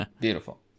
Beautiful